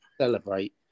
celebrate